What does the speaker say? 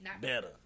better